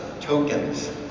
tokens